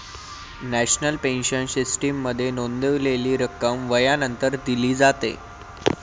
national pension सिस्टीममध्ये नोंदवलेली रक्कम वयानंतर दिली जाते